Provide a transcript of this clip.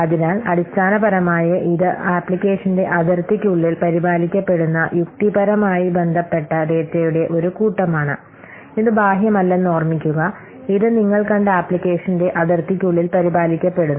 അതിനാൽ അടിസ്ഥാനപരമായി ഇത് ആപ്ലിക്കേഷന്റെ അതിർത്തിക്കുള്ളിൽ പരിപാലിക്കപ്പെടുന്ന യുക്തിപരമായി ബന്ധപ്പെട്ട ഡാറ്റയുടെ ഒരു കൂട്ടം ആണ് ഇത് ബാഹ്യമല്ലെന്ന് ഓർമ്മിക്കുക ഇത് നിങ്ങൾ കണ്ട ആപ്ലിക്കേഷന്റെ അതിർത്തിക്കുള്ളിൽ പരിപാലിക്കപ്പെടുന്നു